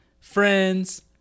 Friends